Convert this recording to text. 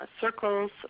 Circles